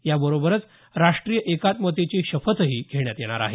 याबरोबरचं राष्टीय एकात्मतेची शपथही घेण्यात येणार आहे